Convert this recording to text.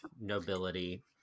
nobility